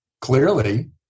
clearly